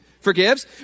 forgives